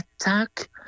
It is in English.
attack